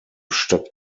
stadt